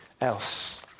else